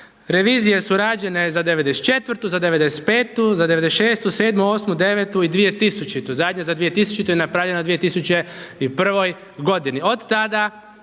revizije su rađene za '94., za '95., za '96. 7, 8, 9 i 2000., zadnja za 2000. i napravljena u 2001. godini.